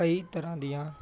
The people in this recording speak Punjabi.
ਕਈ ਤਰ੍ਹਾਂ ਦੀਆਂ